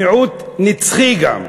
מיעוט נצחי גם,